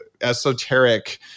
esoteric